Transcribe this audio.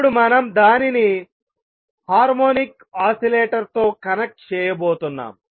ఇప్పుడు మనం దానిని హార్మోనిక్ ఆసిలేటర్తో కనెక్ట్ చేయబోతున్నాం